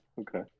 Okay